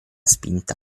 spinta